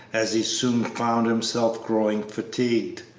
as he soon found himself growing fatigued.